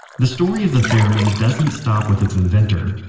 the story of the theremin doesn't stop with it's inventor,